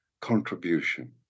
contribution